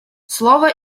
слово